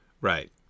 Right